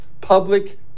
Public